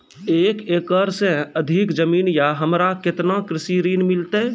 एक एकरऽ से अधिक जमीन या हमरा केतना कृषि ऋण मिलते?